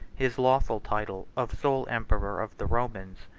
his lawful title of sole emperor of the romans.